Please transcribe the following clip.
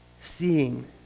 Seeing